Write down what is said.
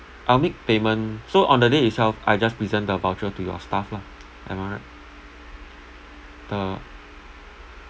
I'll make payment so on the day itself I just present the voucher to your staff lah am I right the